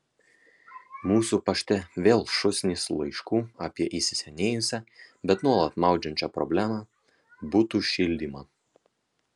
mūsų pašte vėl šūsnys laiškų apie įsisenėjusią bet nuolat maudžiančią problemą butų šildymą